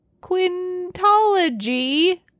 quintology